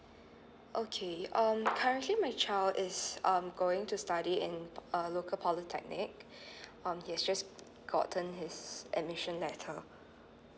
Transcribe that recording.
okay um currently my child is um going to study in a local polytechnic um he's just gotten his admission letter